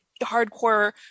hardcore